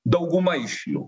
dauguma iš jų